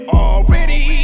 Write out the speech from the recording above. already